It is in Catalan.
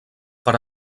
per